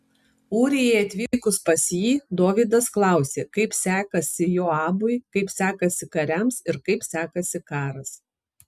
ūrijai atvykus pas jį dovydas klausė kaip sekasi joabui kaip sekasi kariams ir kaip sekasi karas